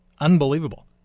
Unbelievable